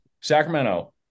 Sacramento